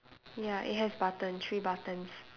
ya it has button three buttons